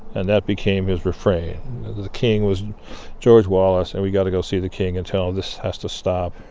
and that became his refrain. the king was george wallace, and we got to go see the king and tell him this has to stop.